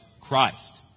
christ